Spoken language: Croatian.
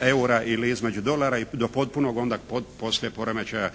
eura ili između dolara i do potpunog onda poslije poremećaja